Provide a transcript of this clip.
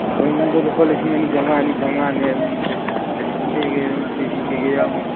ꯔꯨꯝꯗꯨ ꯂꯨꯄꯥ ꯂꯤꯁꯤꯡ ꯑꯅꯤ ꯆꯥꯝꯉꯥ ꯑꯅꯤ ꯆꯥꯝꯉꯥꯅꯦ ꯑꯗꯨꯝ ꯑꯦ ꯁꯤ ꯀꯔꯤ ꯀꯔꯤ ꯑꯗꯨꯝ ꯇꯤ ꯚꯤ ꯀꯩꯀꯩ ꯌꯥꯎꯅꯤ